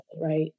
right